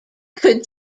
could